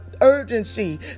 urgency